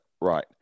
Right